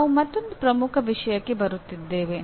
ನಾವು ಮತ್ತೊಂದು ಪ್ರಮುಖ ವಿಷಯಕ್ಕೆ ಬರುತ್ತಿದ್ದೇವೆ